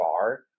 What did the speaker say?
far